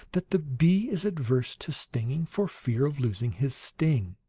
that the bee is averse to stinging, for fear of losing his sting.